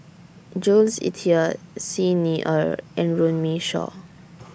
Jules Itier Xi Ni Er and Runme Shaw